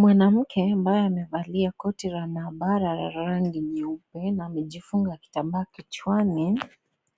Mwanamke ambaye amevalia koti la maabara la rangi nyeupe na amejifunga kitambaa kichwani